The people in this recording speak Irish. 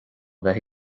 bheith